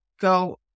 go